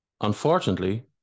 unfortunately